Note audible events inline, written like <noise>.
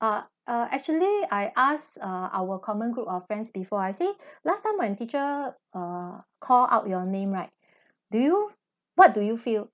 ah err actually I ask uh our common group of friends before I say <breath> last time when teacher uh call out your name right do you what do you feel